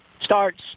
starts –